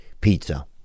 pizza